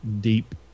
deep